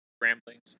ramblings